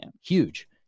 huge